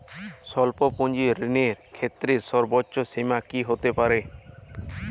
স্বল্প পুঁজির ঋণের ক্ষেত্রে সর্ব্বোচ্চ সীমা কী হতে পারে?